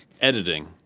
Editing